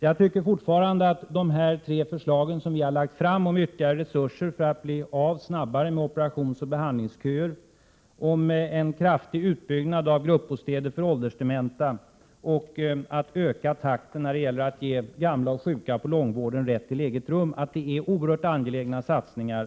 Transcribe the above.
Jag tycker fortfarande att de tre förslag som vi har lagt fram om ytterligare resurser för att snabbare bli av med operationsoch behandlingsköer, om en kraftig utbyggnad av gruppbostäder för åldersdementa och om en ökning av takten när det gäller att ge gamla och sjuka på långvården rätt till eget rum är oerhört angelägna satsningar.